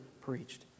preached